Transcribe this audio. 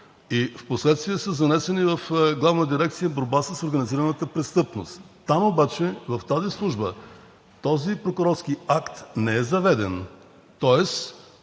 и впоследствие са занесени в Главна дирекция „Борба с организираната престъпност“. Там обаче, в тази служба този прокурорски акт не е заведен.